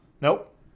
Nope